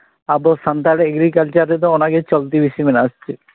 ᱟᱵᱚ ᱥᱟᱱᱛᱟᱲ ᱮᱜᱨᱤᱠᱟᱞᱪᱟᱨ ᱨᱮᱫᱚ ᱚᱱᱟᱜᱮ ᱪᱚᱞᱛᱤ ᱵᱤᱥᱤ ᱢᱮᱱᱟᱜᱼᱟ ᱥᱮ ᱪᱮᱫ